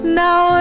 now